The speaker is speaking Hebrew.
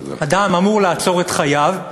אדם אמור לעצור את חייו,